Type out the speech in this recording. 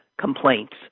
complaints